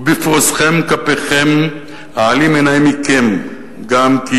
ובפורשכם כפיכם אעלים עיני מכם גם כי